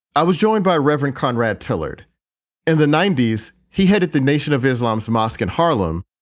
i was joined by reverend conrad, tailored in the ninety s. he headed the nation of islam's mosque in harlem.